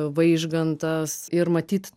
vaižgantas ir matyt